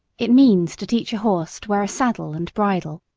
it means to teach a horse to wear a saddle and bridle,